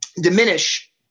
diminish